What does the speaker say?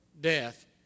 death